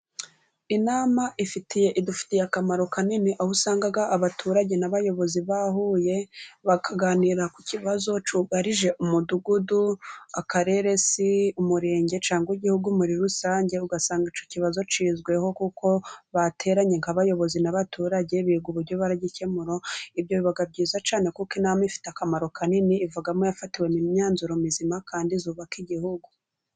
Inama ifitiye idufitiye akamaro kanini aho usangaga abaturage n'abayobozi bahuye bakaganira ku kibazo cyugarije umudugudu, akarere, umurenge cyangwa igihugu muri rusange, ugasanga icyo kibazo cyizweho kuko bateranye n'abayobozi n'abaturage biga uburyo baragikemura. Ibyo biba byiza cyane kuko inama ifite akamaro kanini ivugamo yafatiwemo imyanzuro mizima kandi zubaka igihugu.